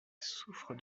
souffre